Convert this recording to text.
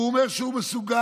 והוא אומר שהוא מסוגל.